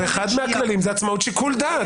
ואחד מהכללים זה עצמאות שיקול דעת.